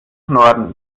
norden